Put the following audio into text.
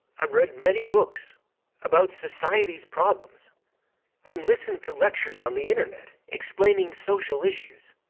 i read many books about society's problems and listened to lectures on the internet explaining social issues.